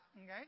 Okay